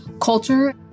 culture